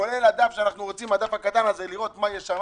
כולל הדף הקטן הזה שאנחנו רוצים לראות מה יש שם